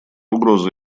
угроза